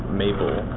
maple